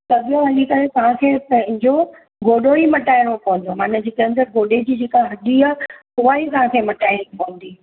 त अॻियां हली करे तव्हांखे पंहिंजो गोॾो ई मटाइणो पवंदो माना जेकी अंदरु गोॾे जी जेका हॾी आ उहा इ तव्हांखे मटाइणी पवंदी